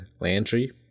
Landry